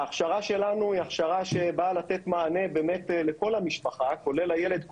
ההכשרה שלנו היא הכשרה שבאה לתת מענה באמת לכל המשפחה כולל הילד,